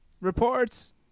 reports